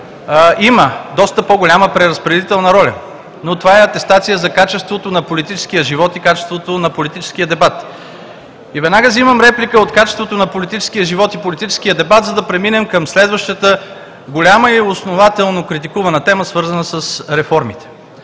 има доста по-голяма преразпределителна роля, но това е атестация за качеството на политическия живот и качеството на политическия дебат. Веднага взимам реплика от качеството на политическия живот и политическия дебат, за да преминем към следващата голяма и основателно критикувана тема, свързана с реформите.